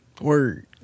Word